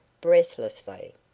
breathlessly